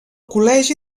col·legi